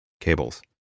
cables